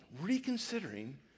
reconsidering